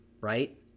right